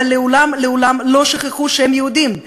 אבל לעולם לעולם לא שכחו שהם יהודים.